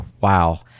wow